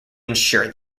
ensure